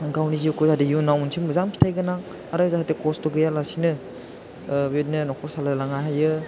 गावनि जिउखौ जाहाथे इउनाव मोनसे मोजां फिथाइ गोनां आरो जाहाथे खस्थ' गैयालासेनो बेबादिनो नखर सालायलांनो हायो